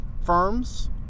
firms